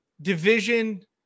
Division